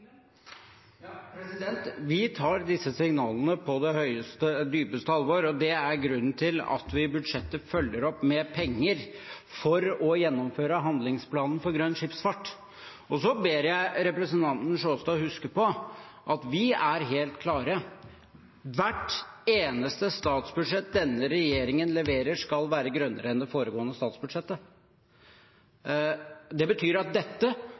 Vi tar disse signalene på dypeste alvor, og det er grunnen til at vi i budsjettet følger opp med penger for å gjennomføre handlingsplanen for grønn skipsfart. Så ber jeg representanten Sjåstad huske på at vi er helt klare på dette: Hvert eneste statsbudsjett denne regjeringen leverer, skal være grønnere enn det foregående statsbudsjettet. Det betyr at dette